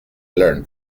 learn